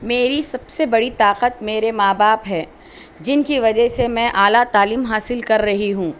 میری سب سے بڑی طاقت میرے ماں باپ ہے جن کی وجہ سے میں اعلیٰ تعلیم حاصل کر رہی ہوں